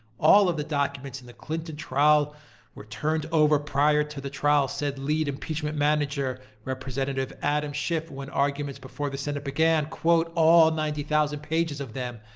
all of the documents in the clinton trial were turned over prior to the trial, said lead impeachment manager rep. adam schiff when arguments before the senate began. all ninety thousand pages of them,